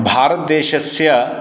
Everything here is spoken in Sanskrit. भारतदेशस्य